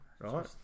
right